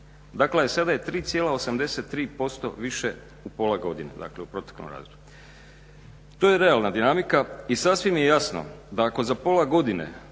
Dakle sada je 3,83% više u pola godine, dakle u proteklom razdoblju. To je realna dinamika i sasvim je jasno da ako za pola godine